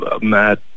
mad